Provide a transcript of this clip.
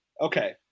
Okay